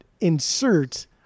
insert